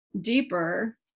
deeper